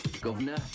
Governor